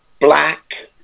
black